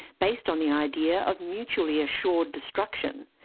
based on the idea of mutually assured destruction.